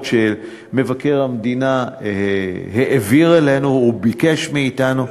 שמבקר המדינה העביר אלינו וביקש מאתנו.